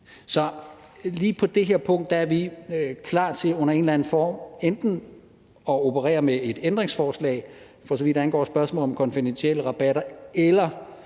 Så lige på det her punkt er vi klar til under en eller anden form enten at operere med et ændringsforslag, for så vidt angår spørgsmålet om konfidentielle rabatter, eller